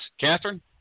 Catherine